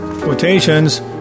quotations